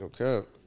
Okay